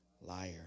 Liar